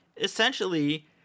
essentially